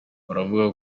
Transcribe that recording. baravuga